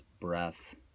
breath